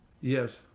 Yes